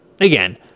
again